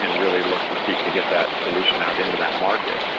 and really look to see to get that solution out into that market?